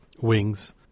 wings